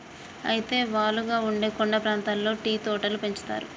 అయితే వాలుగా ఉండే కొండ ప్రాంతాల్లో టీ తోటలు పెంచుతారు